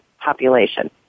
population